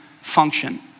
function